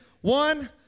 One